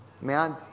Man